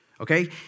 Okay